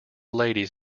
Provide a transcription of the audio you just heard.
ladies